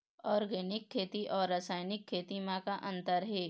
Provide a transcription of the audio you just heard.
Organic खेती अउ रासायनिक खेती म का अंतर हे?